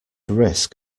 risk